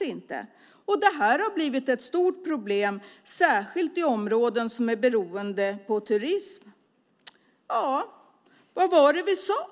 inte. Detta har blivit ett stort problem, särskilt i områden som är beroende av turism. Ja, vad var det vi sade!